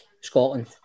Scotland